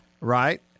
Right